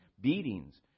beatings